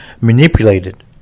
manipulated